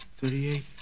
thirty-eight